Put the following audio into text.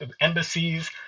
embassies